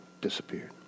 disappeared